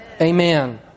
Amen